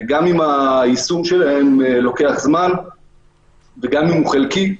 גם אם היישום שלהן לוקח זמן וגם אם הוא חלקי,